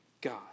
God